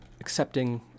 accepting